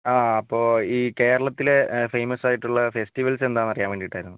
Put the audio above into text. ആ അപ്പോൾ ഈ കേരളത്തിലെ ഫേമസ് ആയിട്ടുള്ള ഫെസ്ടിവൽസ് എന്താണെന്ന് അറിയാൻ വേണ്ടിയിട്ടായിരുന്നു